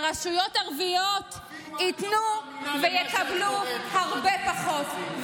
שבו רשויות ערביות ייתנו ויקבלו הרבה פחות,